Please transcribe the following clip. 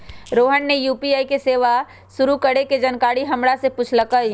रोहन ने यू.पी.आई सेवा शुरू करे के जानकारी हमरा से पूछल कई